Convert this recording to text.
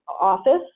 office